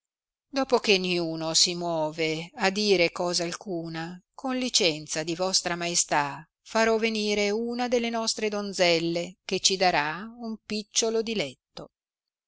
dopo che niuno si move a dire cosa alcuna con licenza di vostra maestà farò venire una della nostre donzelle che ci darà non picciolo diletto